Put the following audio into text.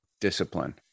discipline